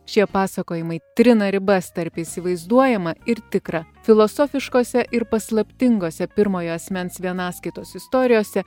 šie pasakojimai trina ribas tarp įsivaizduojama ir tikra filosofiškose ir paslaptingose pirmojo asmens vienaskaitos istorijose